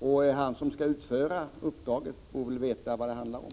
och han som skall utföra uppdraget borde väl veta vad det handlar om.